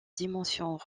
dimensions